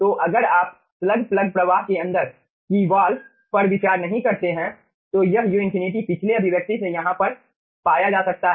तो अगर आप स्लग प्लग प्रवाह के अंदर की वॉल पर विचार नहीं करते हैं तो यह u∞ पिछले अभिव्यक्ति से यहाँ पर पाया जा सकता है